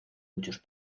muchos